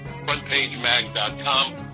frontpagemag.com